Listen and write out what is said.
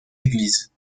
églises